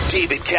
David